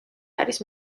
არის